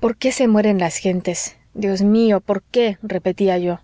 por qué se mueren las gentes dios mío por qué repetía yo